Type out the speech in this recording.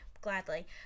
gladly